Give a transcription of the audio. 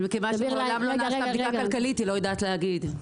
אבל מכיוון שמעולם לא נעשתה בדיקה כלכלית היא לא יודעת להגיד.